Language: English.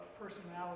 personality